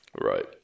Right